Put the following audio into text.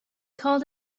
called